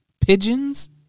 Pigeons